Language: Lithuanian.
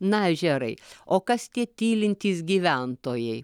na ežerai o kas tie tylintys gyventojai